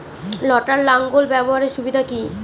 লটার লাঙ্গল ব্যবহারের সুবিধা কি?